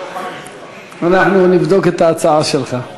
אנחנו נבדוק את ההצעה שלך.